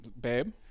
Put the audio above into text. Babe